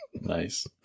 Nice